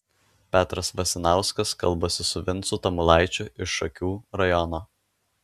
petras vasinauskas kalbasi su vincu tamulaičiu iš šakių rajono